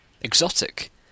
exotic